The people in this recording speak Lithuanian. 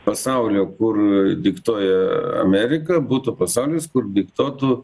pasaulio kur diktuoja amerika būtų pasaulis kur diktuotų